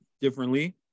differently